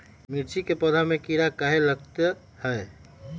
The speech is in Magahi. मिर्च के पौधा में किरा कहे लगतहै?